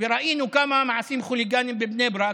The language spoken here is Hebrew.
ראינו כמה מעשים חוליגניים בבני ברק.